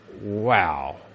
wow